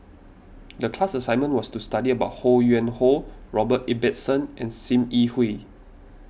the class assignment was to study about Ho Yuen Hoe Robert Ibbetson and Sim Yi Hui